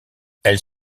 elles